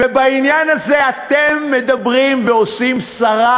ובעניין הזה אתם מדברים ועושים סרה,